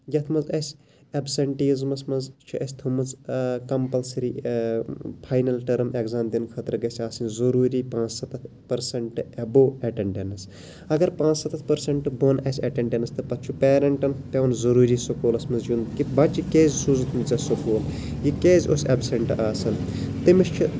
یَتھ منٛز اَسہِ اپسینٹیٖزمس منٛز چھُ اَسہِ تھٲومٕژ کَمپَلسٔری فاینَل ٹٔرٕم اٮ۪کزام دِنہٕ خٲطرٕ گژھِ آسُن ضروٗری پانٛژھ سَتَھ ٔپٔرسَنٹ ایبوو ایٹینڈینٔس اَگر پانٛژھ سَتَھ پٔرسَنٹ بۄن اَسہِ ایٹینڈَنٔس کٔر تَتھ چھُ پیرینٹن پیوان ضروٗری سکوٗلَن یُن کہِ بَچہٕ کیازِ سوٗزُتھ نہٕ ژٕ سکوٗل یہِ کیازِ اوس اٮ۪بسینٹ آسان تٔمِس چھُ